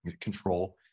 control